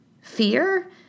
Fear